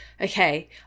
okay